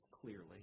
clearly